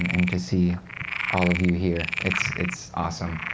and to see all of you here. it's it's awesome.